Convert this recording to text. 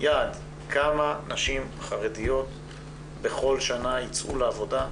כמה נשים חרדיות בכל שנה יצאו לעבודה,